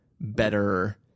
better